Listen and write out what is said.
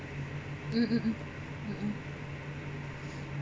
mm mm mm mm mm